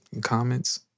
comments